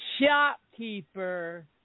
shopkeeper